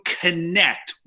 connect